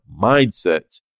mindset